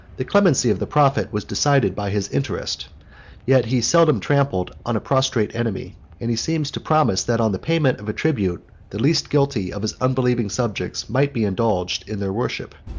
the clemency of the prophet was decided by his interest yet he seldom trampled on a prostrate enemy and he seems to promise, that on the payment of a tribute, the least guilty of his unbelieving subjects might be indulged in their worship,